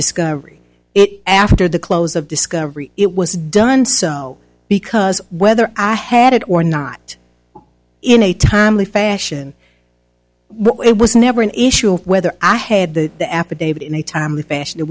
discovery it after the close of discovery it was done so because whether i had it or not in a timely fashion it was never an issue of whether i had the affidavit in a timely fashion